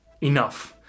enough